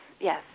yes